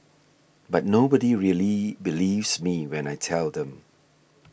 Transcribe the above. but nobody really believes me when I tell them